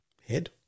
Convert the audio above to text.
Head